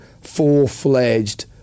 full-fledged